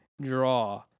draw